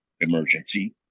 emergency